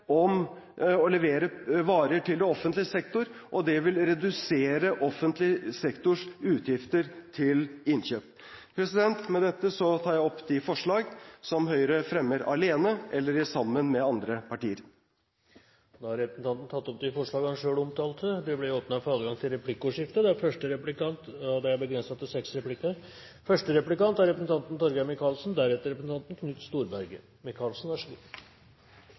om å levere varer til offentlig sektor, og det vil redusere offentlig sektors utgifter til innkjøp. Med dette tar jeg opp de forslag som Høyre fremmer alene eller sammen med andre partier. Representanten Jan Tore Sanner har tatt opp de forslagene han viste til. Det blir replikkordskifte. Jeg vil tilbake til det jeg tok opp i mitt innlegg, nemlig at jeg synes at situasjonen nå er såpass alvorlig at jeg trodde det kunne være mulig for